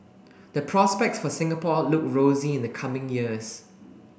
the prospects for Singapore look rosy in the coming years